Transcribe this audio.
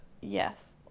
Yes